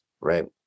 right